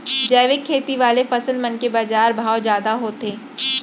जैविक खेती वाले फसल मन के बाजार भाव जादा होथे